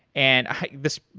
and this